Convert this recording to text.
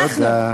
תודה.